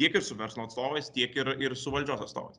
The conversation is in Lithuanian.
tiek ir su verslo atstovais tiek ir ir su valdžios atstovais